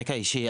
מרקע אישי.